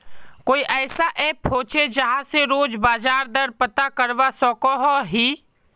कोई ऐसा ऐप होचे जहा से रोज बाजार दर पता करवा सकोहो ही?